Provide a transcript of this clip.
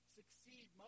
succeed